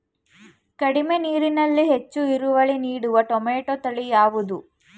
ಕಡಿಮೆ ನೀರಿನಲ್ಲಿ ಹೆಚ್ಚು ಇಳುವರಿ ನೀಡುವ ಟೊಮ್ಯಾಟೋ ತಳಿ ಯಾವುದು?